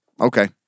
okay